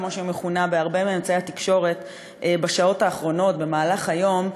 כמו שהיא מכונה בהרבה מאמצעי התקשורת בשעות האחרונות במהלך היום,